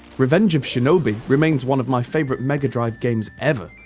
revenge of shinobi remains one of my favourite mega drive games ever,